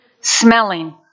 smelling